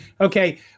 Okay